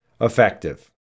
effective